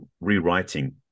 rewriting